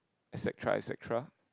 et-cetera et-cetera